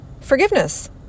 forgiveness